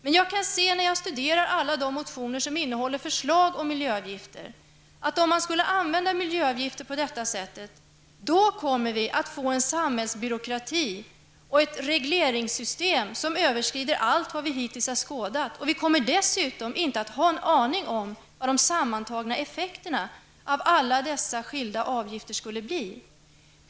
Men jag kan se när jag studerar alla de motioner som innehåller förslag om miljöavgifter, att om man skulle använda miljöavgifter på det sättet, kommer vi att få en samhällsbyråkrati och ett regleringssystem som överskrider allt vi hittills har skådat. Vi kommer dessutom inte att ha en aning om vilka de sammantagna effekterna av alla dessa skilda avgifter skulle bli.